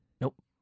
Nope